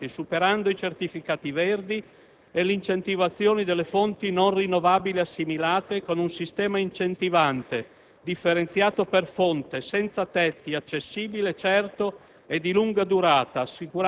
di calore e di carburanti, superando i certificati verdi e l'incentivazione delle fonti non rinnovabili assimilate con un sistema incentivante differenziato per fonte, senza tetti, accessibile, certo